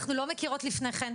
אנחנו לא מכירות לפני כן.